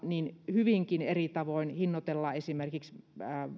hyvinkin eri tavoin hinnoitellaan esimerkiksi